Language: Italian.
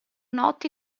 noti